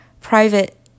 Private